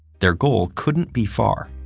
their goal couldn't be far.